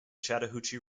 chattahoochee